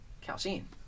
Calcine